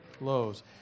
lows